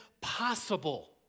possible